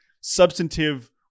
substantive